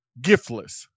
giftless